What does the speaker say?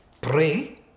Pray